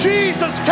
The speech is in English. Jesus